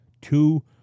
Two